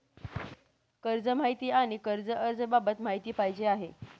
कर्ज माहिती आणि कर्ज अर्ज बाबत माहिती पाहिजे आहे